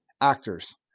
actors